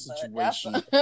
situation